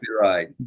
right